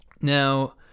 Now